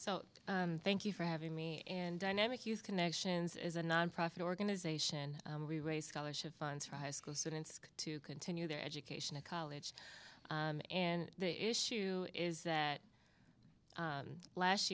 so thank you for having me and dynamic use connections as a nonprofit organization we raise scholarship funds for high school students to continue their education at college and the issue is that last